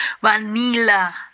vanilla